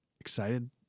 excited